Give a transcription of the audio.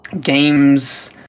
games